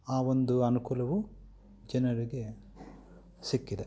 ಆ ಒಂದು ಅನುಕೂಲವು ಜನರಿಗೆ ಸಿಕ್ಕಿದೆ